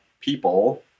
people